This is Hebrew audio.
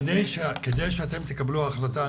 כדי שאתם תקבלו החלטה,